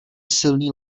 silný